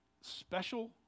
special